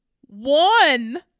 One